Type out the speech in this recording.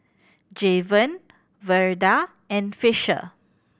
Javen Verda and Fisher